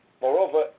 Moreover